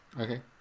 Okay